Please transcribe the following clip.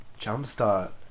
Jumpstart